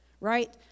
Right